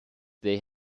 they